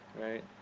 right